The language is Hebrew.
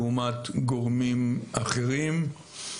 לעומת גורמים אחרים,